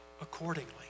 accordingly